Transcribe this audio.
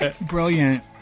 Brilliant